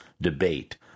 debate